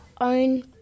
own